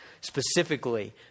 specifically